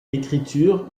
écriture